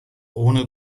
ohne